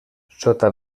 sota